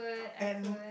and